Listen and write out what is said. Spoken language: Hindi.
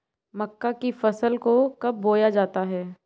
मक्का की फसल को कब बोया जाता है?